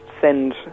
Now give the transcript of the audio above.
send